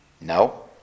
No